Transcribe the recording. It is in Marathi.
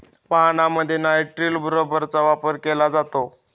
वाहनांमध्ये नायट्रिल रबरचा वापर केला जातो